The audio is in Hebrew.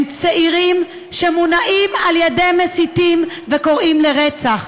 הם צעירים שמונעים על ידי מסיתים וקוראים לרצח,